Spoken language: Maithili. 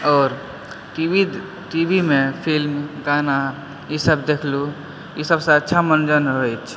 आओर टी वी टी वी मे फिल्म गाना ईसभ देखलु ईसभसँ अच्छा मनोरञ्जन होइत अछि